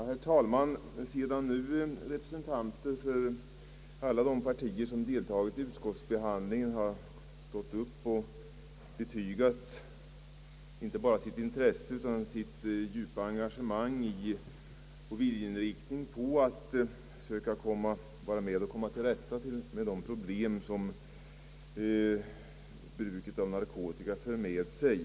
Herr talman! Representanter för alla de partier som deltagit i utskottsbebandlingen har stått upp och betygat inte bara sitt intresse utan sitt djupa engagemang i och viljeinriktning på att söka vara med och komma till rätta med de problem som bruket av narkotika för med sig.